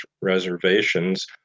reservations